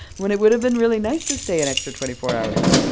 when it would've been really nice to stay an extra twenty four hours.